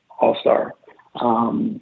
all-star